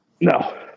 no